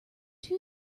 two